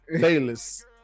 Bayless